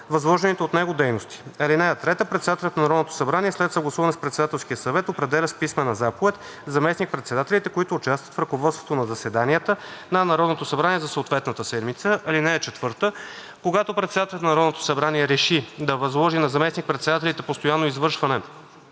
възложените от него дейности. (3) Председателят на Народното събрание, след съгласуване с Председателския съвет, определя с писмена заповед заместник-председателите, които участват в ръководството на заседанията на Народното събрание за съответната седмица. (4) Когато председателят на Народното събрание реши да възложи на заместник-председателите постоянно извършването